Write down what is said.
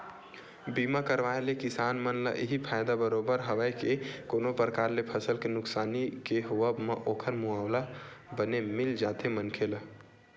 बीमा करवाय ले किसान मन ल इहीं फायदा बरोबर हवय के कोनो परकार ले फसल के नुकसानी के होवब म ओखर मुवाला बने मिल जाथे मनखे ला